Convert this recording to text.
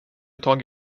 tag